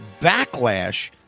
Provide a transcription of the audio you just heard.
backlash